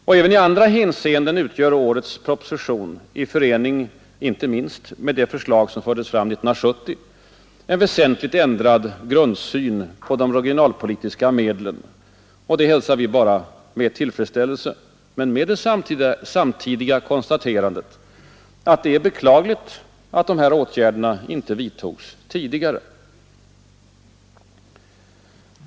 Och även i andra hänseenden utgör årets proposition, i förening med inte minst de förslag som fördes fram 1970, en väsentligt ändrad grundsyn på de regionalpolitiska medlen. Det hälsar vi med tillfredsställelse men med det samtidiga konstaterandet, att det är beklagligt att dessa åtgärder icke vidtogs tidigare.